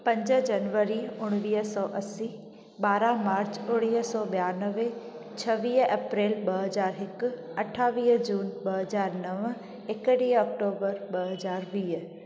पंज जनवरी उणिवीह सौ असी ॿारहं मार्च उणिवीह सौ ॿियानवे छवीह अप्रैल ॿ हज़ार हिकु अठावीह जून ॿ हज़ार नव हिकिड़ी अक्टूबर ॿ हज़ार वीह